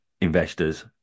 investors